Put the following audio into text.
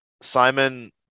Simon